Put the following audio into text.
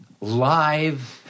Live